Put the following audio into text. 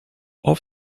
off